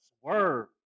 swerve